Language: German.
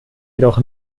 jedoch